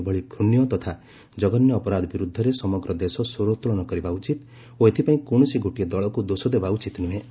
ଏଭଳି ଘୂଶ୍ୟ ତଥା କଘନ୍ୟ ଅପରାଧ ବିରୋଧରେ ସମଗ୍ର ଦେଶ ସ୍ୱର ଉତ୍ତୋଳନ କରିବା ଉଚିତ ଓ ଏଥିପାଇଁ କୌଣସି ଗୋଟିଏ ଦଳ ଦୋଷ ଦେବା ଉଚିତ ନୁହେଁ